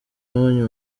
nabonye